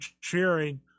cheering